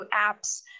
apps